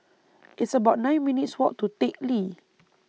It's about nine minutes' Walk to Teck Lee